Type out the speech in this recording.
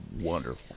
Wonderful